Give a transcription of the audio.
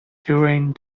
during